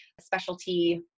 specialty